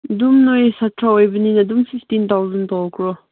ꯑꯗꯨꯝ ꯅꯣꯏ ꯁꯥꯇ꯭ꯔ ꯑꯣꯏꯕꯅꯤꯅ ꯑꯗꯨꯝ ꯐꯤꯐꯇꯤꯟ ꯊꯥꯎꯖꯟꯐꯥꯎꯀꯣ